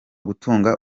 gutunga